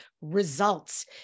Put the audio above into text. results